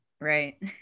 Right